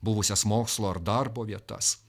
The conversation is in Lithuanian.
buvusias mokslo ar darbo vietas